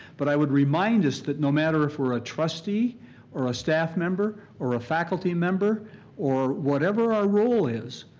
but i would remind us that no matter if we're a trustee or a staff member or a faculty member or whatever our role is,